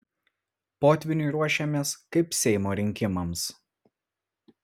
potvyniui ruošiamės kaip seimo rinkimams